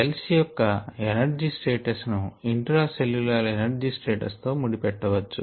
cells యొక్క energy status ను intra cellular energy status తో ముడి పెట్టొచ్చు